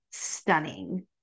stunning